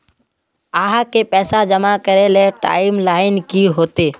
आहाँ के पैसा जमा करे ले टाइम लाइन की होते?